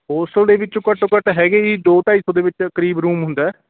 hostel ਦੇ ਵਿੱਚ ਘੱਟੋ ਘੱਟ ਹੈਗੇ ਜੀ ਦੋ ਢਾਈ ਸੌ ਦੇ ਵਿੱਚ ਕਰੀਬ ਰੂਮ ਹੁੰਦਾ